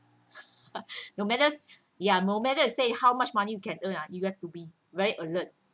no matter ya no matter they say how much money you can earn ah you got to be very alert